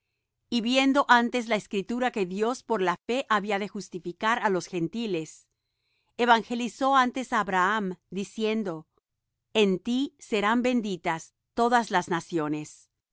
y viendo antes la escritura que dios por la fe había de justificar á los gentiles evangelizó antes á abraham diciendo en ti serán benditas todas las naciones